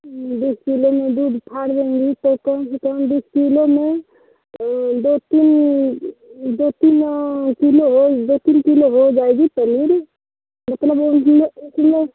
बीस कीलो में दूध फाड़ दूंगी तो कम से कम बीस कीलो में दो तीन दो तीन कीलो हो दो तीन कीलो हो जाएगी पनीर मतलब कीलो कीलो